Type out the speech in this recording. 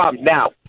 Now